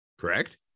correct